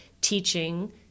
teaching